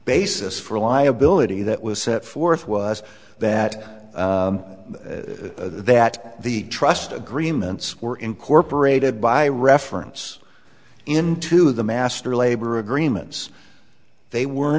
basis for liability that was set forth was that that the trust agreements were incorporated by reference into the master labor agreements they were